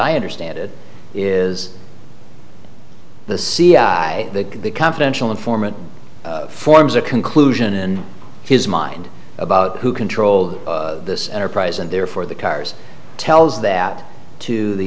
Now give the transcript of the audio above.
i understand it is the c i that the confidential informant forms a conclusion in his mind about who controlled this enterprise and therefore the cars tells that to the